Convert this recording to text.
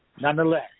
Nonetheless